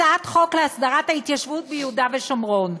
הצעת חוק להסדרת התיישבות ביהודה ושומרון.